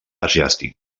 asiàtic